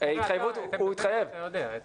עמדתנו אתה יודע.